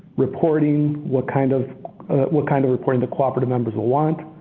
reporting, what kind of what kind of reporting the cooperative members will want,